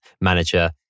manager